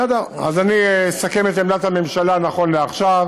בסדר, אז אני אסכם את עמדת הממשלה, נכון לעכשיו,